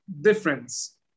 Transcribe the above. difference